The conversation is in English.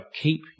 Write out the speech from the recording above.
keep